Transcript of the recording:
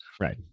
right